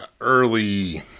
early